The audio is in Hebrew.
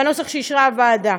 בנוסח שאישרה הוועדה.